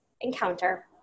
encounter